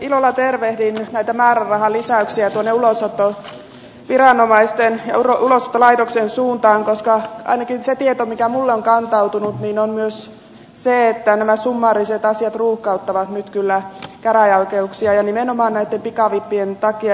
ilolla tervehdin näi tä määrärahalisäyksiä ulosottoviranomaisten ja ulosottolaitoksen suuntaan koska ainakin se tieto mikä minulle on kantautunut on se että nämä summaariset asiat ruuhkauttavat nyt kyllä käräjäoikeuksia ja nimenomaan näitten pikavippien takia